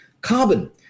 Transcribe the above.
carbon